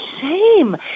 shame